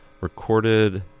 recorded